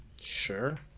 Sure